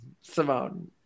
Simone